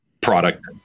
product